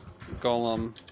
golem